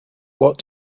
what